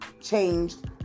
changed